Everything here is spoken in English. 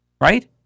right